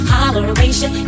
Holleration